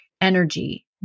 energy